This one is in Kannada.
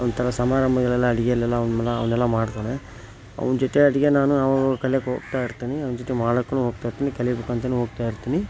ಒಂಥರ ಸಮಾರಂಭಗಳಲ್ಲೆಲ್ಲಾ ಅಡುಗೆಲ್ಲೆಲ್ಲ ಅವನ್ನೆಲ್ಲ ಮಾಡ್ತಾನೆ ಅವ್ನ ಜೊತೆ ಅಡುಗೆ ನಾನು ಆವಾಗಾವಾಗ ಕಲಿಯೋಕೋಗ್ತಾ ಇರ್ತೀನಿ ಅವ್ನ ಜೊತೆ ಮಾಡೋಕುನೂ ಹೋಗ್ತಾ ಇರ್ತೀನಿ ಕಲಿಬೇಕಂತನೂ ಹೋಗ್ತಾ ಇರ್ತೀನಿ